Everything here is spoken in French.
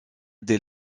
del